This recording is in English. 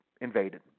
invaded